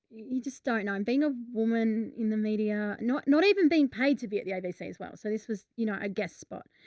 you just don't know. and being a woman in the media, not, not even being paid to be at the abc as well. so this was, you know, a guest spot.